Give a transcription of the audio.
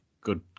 Good